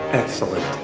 excellent.